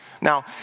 Now